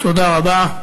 תודה רבה.